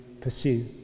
pursue